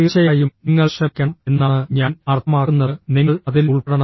തീർച്ചയായും നിങ്ങൾ ശ്രമിക്കണം എന്നാണ് ഞാൻ അർത്ഥമാക്കുന്നത് നിങ്ങൾ അതിൽ ഉൾപ്പെടണം